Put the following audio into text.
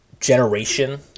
generation